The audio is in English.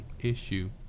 issue